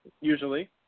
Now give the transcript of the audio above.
usually